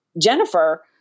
Jennifer